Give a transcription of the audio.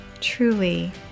Truly